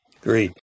Great